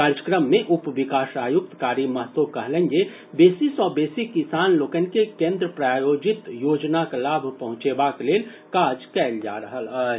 कार्यक्रम मे उप विकास आयुक्त कारी महतो कहलनि जे बेसी सॅ बेसी किसान लोकनि के केन्द्र प्रायोजित योजनाक लाभ पहुंचेबाक लेल काज कयल जा रहल अछि